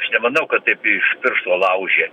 aš nemanau kad taip iš piršto laužė